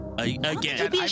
Again